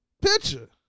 picture